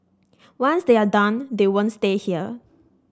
once they are done they won't stay here